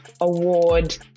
award